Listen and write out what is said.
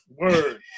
Word